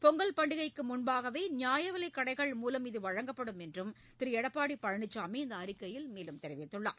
பொங்கல் பண்டிகைக்கு முன்பாகவே நியாயவிலைக் கடைகள் மூலம் இது வழங்கப்படும் என்றும் திரு எடப்பாடி பழனிசாமி அந்த அறிக்கையில் தெரிவித்துள்ளார்